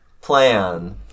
plan